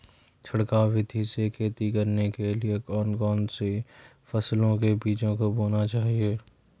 छिड़काव विधि से खेती करने के लिए कौन कौन सी फसलों के बीजों को बोना चाहिए?